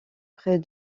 près